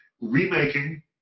remaking